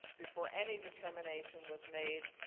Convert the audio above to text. before any determination was made,